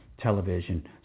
television